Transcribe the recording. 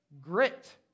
Grit